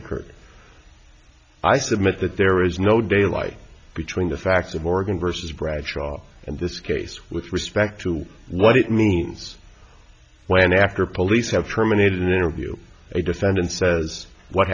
occurred i submit that there is no daylight between the facts of oregon versus bradshaw and this case with respect to what it means when after police have terminated an interview a defendant says what